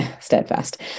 steadfast